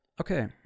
Okay